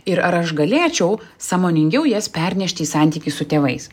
ir ar aš galėčiau sąmoningiau jas pernešti į santykį su tėvais